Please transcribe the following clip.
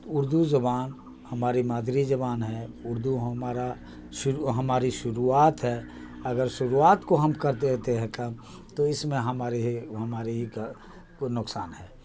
اردو زبان ہماری مادری زبان ہے اردو ہمارا شروع ہماری شروعات ہے اگر شروعات کو ہم کر دیتے ہیں کم تو اس میں ہماری ہی ہماری ہی کا نقصان ہے